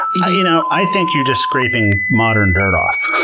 yeah you know, i think you just scraping modern dirt off.